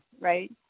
right